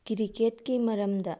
ꯀ꯭ꯔꯤꯛꯀꯦꯠꯀꯤ ꯃꯔꯝꯗ